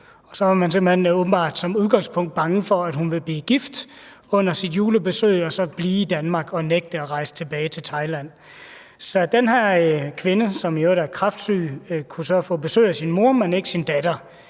åbenbart som udgangspunkt bange for, at hun vil blive gift under sit julebesøg og så blive i Danmark og nægte at rejse tilbage til Thailand. Så den her kvinde, som i øvrigt er kræftsyg, kunne få besøg af sin mor, men ikke af sin datter